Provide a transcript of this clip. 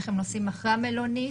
איך הם נוסעים אחרי המלונית,